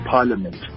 Parliament